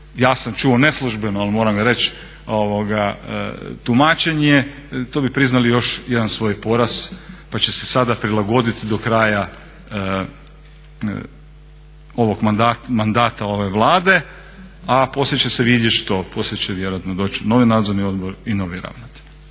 Ja sam čuo neslužbeno ali moram reći tumačenje, tu bi priznali još jedan svoj poraz pa će se sada prilagoditi do kraja ovog mandata ove Vlade, a poslije će se vidjet što. Poslije će vjerojatno doći novi Nadzorni odbor i novi ravnatelj.